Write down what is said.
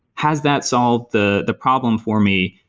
has that solved the the problem for me?